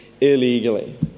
illegally